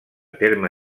terme